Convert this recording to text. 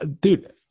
dude